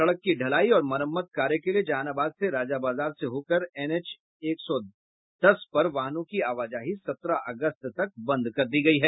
सड़क की ढलाई और मरम्मत कार्य के लिए जहानाबाद से राजाबाजार से होकर एनएच एक सौ दस पर वाहनों की आवाजाही सत्रह अगस्त तक बंद कर दी गयी है